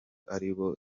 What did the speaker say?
aribo